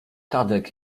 tadek